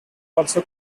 also